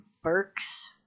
Burks